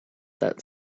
that